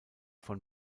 von